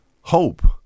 hope